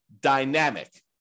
dynamic